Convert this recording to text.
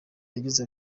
yagize